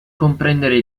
comprendere